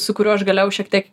su kuriuo aš galėjau šiek tiek